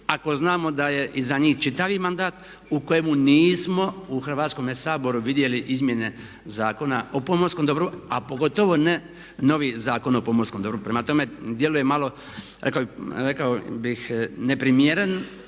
ako znamo da je iza njih čitavi mandat u kojemu nismo u Hrvatskome saboru vidjeli izmjene Zakona o pomorskom dobru a pogotovo ne noviji Zakon o pomorskom dobru. Dakle, djeluje malo rekao bih neprimjeren